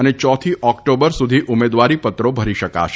અને યાથી ઓકટાબર સુધી ઉમેદવારીપત્ર ભરી શકાશે